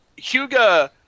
Huga